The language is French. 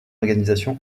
organisation